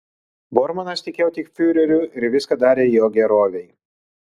bormanas tikėjo tik fiureriu ir viską darė jo gerovei